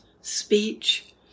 speech